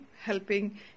helping